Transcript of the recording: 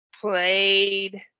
played